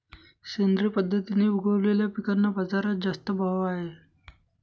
सेंद्रिय पद्धतीने उगवलेल्या पिकांना बाजारात जास्त भाव आहे